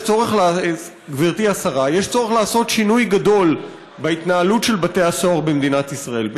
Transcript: יש צורך לעשות שינוי גדול בהתנהלות של בתי הסוהר במדינת ישראל.